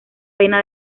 pena